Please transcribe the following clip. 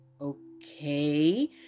okay